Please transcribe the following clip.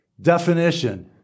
Definition